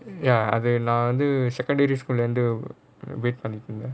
ya அது நான் வந்து:athu naan vanthu secondary school லந்து:lanthu wait பண்ணிட்டு இருந்தேன்:pannittu irunthaen